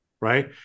right